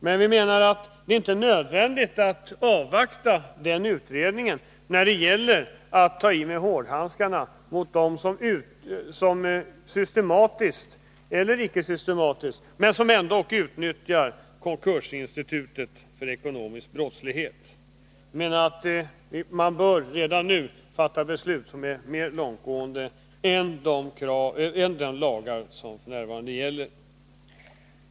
Men vi menar att det inte är nödvändigt att avvakta den utredningen när det gäller att ta i med hårdhandskarna mot dem som systematiskt eller icke-systematiskt utnyttjar konkursinstitutet för ekonomisk brottslighet. Vi bör redan nu fatta beslut som är mer långtgående än de lagar som f. n. gäller.